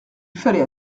fallait